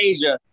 Asia